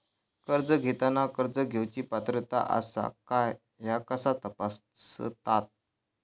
कर्ज घेताना कर्ज घेवची पात्रता आसा काय ह्या कसा तपासतात?